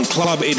Club